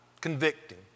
convicting